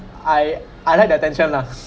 I I like the attention lah